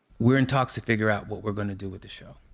we're in talks to figure out what we're gonna do with the show.